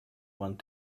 want